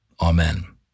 Amen